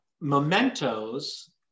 mementos